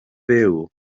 byw